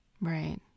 Right